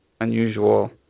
unusual